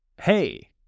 hey